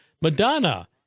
Madonna